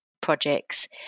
projects